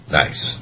nice